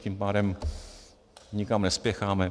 Tím pádem nikam nespěcháme.